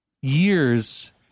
years